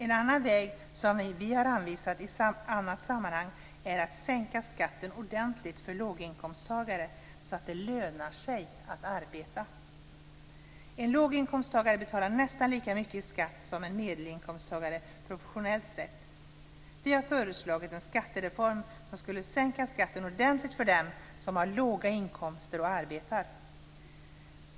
En annan väg, som vi har anvisat i annat sammanhang, är att sänka skatten ordentligt för låginkomsttagare, så att det lönar sig att arbeta. En låginkomsttagare betalar nästan lika mycket i skatt som en medelinkomsttagare, proportionellt sett. Vi har föreslagit en skattereform som skulle sänka skatten ordentligt för dem som har låga inkomster och arbetar.